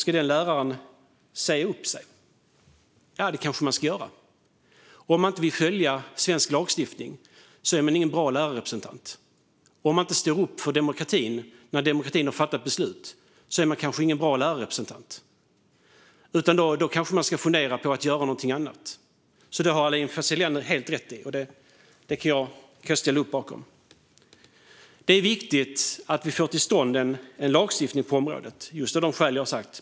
Ska den läraren säga upp sig? Ja, kanske det. Vill man inte följa svensk lagstiftning är man ingen bra lärarrepresentant, och står man inte upp för demokratiskt fattade beslut är man ingen bra lärarrepresentant. Kanske ska man då fundera på att göra något annat. Det har Aylin Fazelian rätt i, och det kan jag ställa mig bakom. Det är viktigt att vi får till stånd en lagstiftning på detta område av just de skäl jag nämnt.